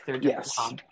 Yes